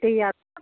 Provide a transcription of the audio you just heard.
दैआथ'